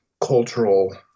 cultural